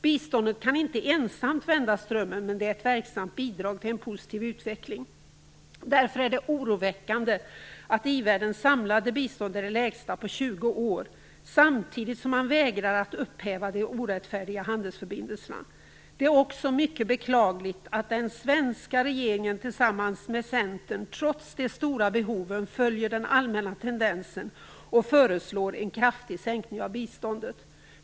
Biståndet kan inte ensamt vända strömmen, men det är ett verksamt bidrag till en positiv utveckling. Därför är det oroväckande att i-världens samlade bistånd är det lägsta på 20 år, samtidigt som man vägrar att upphäva de orättfärdiga handelsförbindelserna. Det är också mycket beklagligt att den svenska regeringen tillsammans med Centern trots de stora behoven följer den allmänna tendensen och föreslår en kraftig sänkning av biståndet.